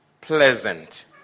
Pleasant